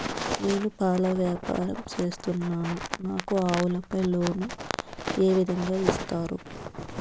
నేను పాల వ్యాపారం సేస్తున్నాను, నాకు ఆవులపై లోను ఏ విధంగా ఇస్తారు